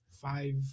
five